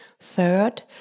third